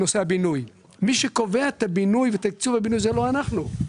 מי שקובע את תקצוב הבינוי זה לא אנחנו.